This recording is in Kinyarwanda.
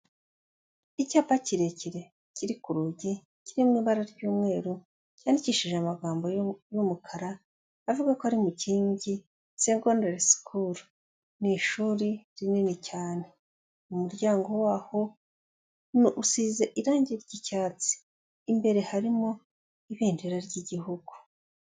Icyapa kirekire kiri ku rugi kirimo ibara ry'umweru cyandikishije amagambo y'umukara avuga ko ari Mukingi secondary school. Ni ishuri rinini cyane. Umuryango waho usize irangi ry'icyatsi. Imbere harimo ibendera ry'Igihugu.